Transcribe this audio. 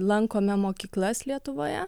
lankome mokyklas lietuvoje